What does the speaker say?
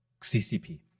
CCP